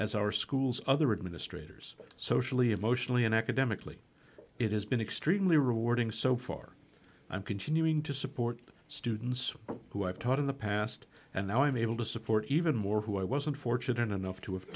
as our schools other administrators socially emotionally and academically it has been extremely rewarding so far i'm continuing to support students who have taught in the past and now i'm able to support even more who i wasn't fortunate enough to have t